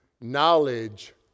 knowledge